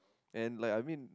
and like I mean